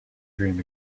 dream